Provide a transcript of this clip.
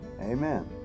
amen